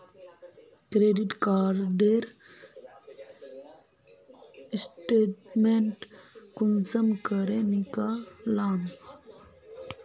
Credit कार्डेर statement कुंसम करे निकलाम?